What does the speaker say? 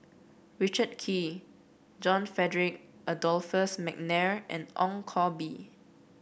Richard Kee John Frederick Adolphus McNair and Ong Koh Bee